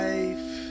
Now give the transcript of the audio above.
Life